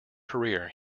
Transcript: career